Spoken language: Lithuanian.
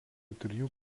trijų